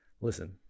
listen